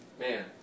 man